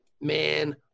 man